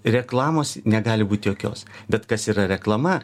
reklamos negali būt jokios bet kas yra reklama